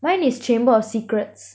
mine is chamber of secrets